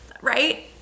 right